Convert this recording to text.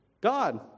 God